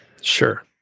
Sure